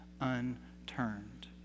unturned